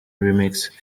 remix